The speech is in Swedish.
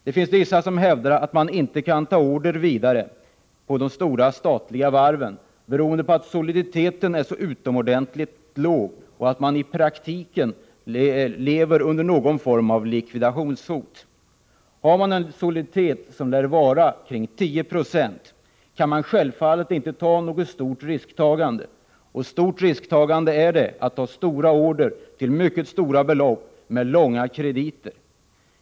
Det finns vissa som hävdar att man inte vidare kan ta emot några order på de stora statliga varven, beroende på att soliditeten är så utomordentligt låg att man i praktiken lever under någon form av likvidationshot. Har man en soliditet som lär vara kring 10 96 kan man självfallet inte ge sig in på ett stort risktagande — och stort risktagande är det att ha stora order till mycket stora belopp med långa krediter.